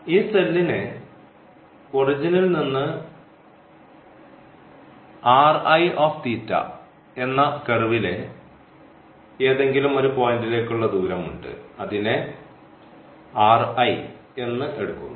ഈ സെല്ലിന് ഒറിജിനൽ നിന്ന് എന്ന കർവിലെ ഏതെങ്കിലും ഒരു പോയിന്റിലേക്കുള്ള ദൂരം ഉണ്ട് അതിനെ എന്ന്എടുക്കുന്നു